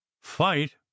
fight